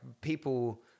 people